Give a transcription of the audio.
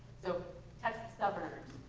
so texas governors,